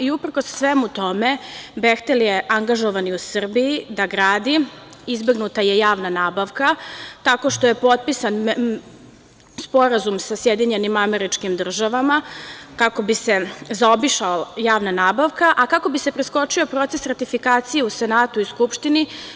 Uprkos svemu tome, "Behtel" je angažovan i u Srbiji da gradi, izbegnuta je javna nabavka, tako što je potpisan sporazum sa SAD, kako bi se zaobišla javna nabavka, a kako bi se preskočio i proces ratifikacije u Senatu i Skupštini.